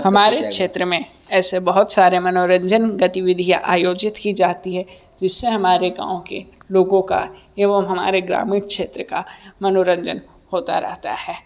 हमारे क्षेत्र में ऐसे बहुत सारे मनोरंजन गतिविधियाँ आयोजित की जाती हैं जिससे हमारे गाँव के लोगों का एवं हमारे ग्रामीण क्षेत्र का मनोरंजन होता रहता है